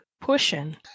pushing